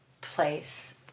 place